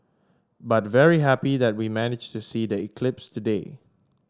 but very happy that we managed to see the eclipse today